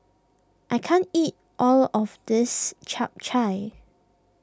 I can't eat all of this Chap Chai